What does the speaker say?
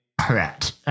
Correct